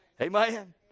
Amen